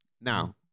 Now